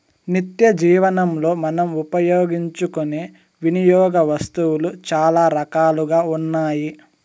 నిత్యజీవనంలో మనం ఉపయోగించుకునే వినియోగ వస్తువులు చాలా రకాలుగా ఉన్నాయి